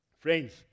Friends